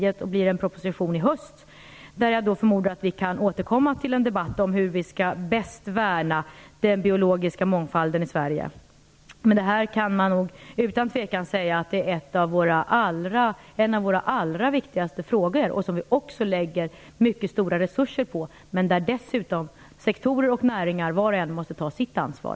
Det läggs fram en proposition i höst, då jag förmodar att vi kan återkomma i en debatt om hur vi bäst kan värna den biologiska mångfalden i Sverige. Man kan nog utan tvekan säga att detta är en av våra allra viktigaste frågor som vi också satsar stora resurser på. Men här måste dessutom sektorer och näringar, var och en, ta sitt ansvar.